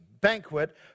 banquet